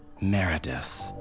Meredith